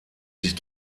sich